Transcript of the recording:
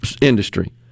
industry